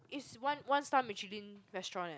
it's one one star Michelin restaurant eh